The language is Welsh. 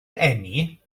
eni